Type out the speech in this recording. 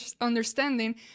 understanding